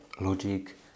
logic